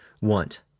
want